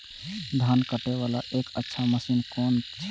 धान कटे वाला एक अच्छा मशीन कोन है ते?